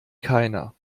keiner